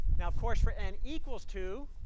now of course, for n equals two,